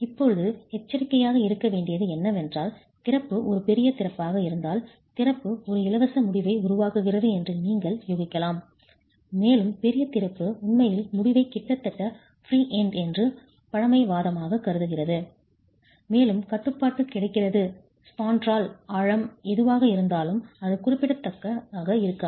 இப்போது எச்சரிக்கையாக இருக்க வேண்டியது என்னவென்றால் திறப்பு ஒரு பெரிய திறப்பாக இருந்தால் திறப்பு ஒரு இலவச முடிவை உருவாக்குகிறது என்று நீங்கள் யூகிக்கலாம் மேலும் பெரிய திறப்பு உண்மையில் முடிவை கிட்டத்தட்ட ஃப்ரீ எண்ட் என்று பழமைவாதமாக கருதுகிறது மேலும் கட்டுப்பாடு கிடைக்கிறது ஸ்பாண்டரால் ஆழம் எதுவாக இருந்தாலும் அது குறிப்பிடத்தக்கதாக இருக்காது